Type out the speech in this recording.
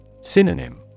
Synonym